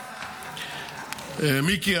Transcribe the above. מיקי,